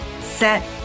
set